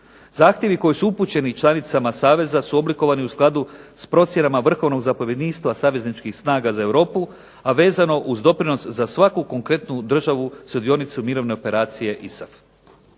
Zahtjevi koji su upućeni članicama saveza su oblikovani u skladu s procjenama vrhovnog zapovjedništva savezničkih snaga za Europu, a vezano uz doprinos za svaku konkretnu državu sudionicu mirovne operacije ISAF.